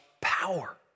power